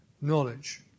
knowledge